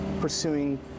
pursuing